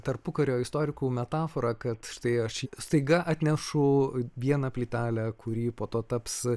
tarpukario istorikų metaforą kad štai aš staiga atnešu vieną plytelę kuri po to taps